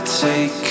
take